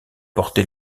porter